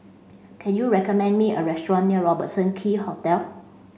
can you recommend me a restaurant near Robertson Quay Hotel